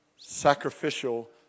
sacrificial